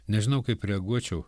nežinau kaip reaguočiau